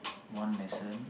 one lesson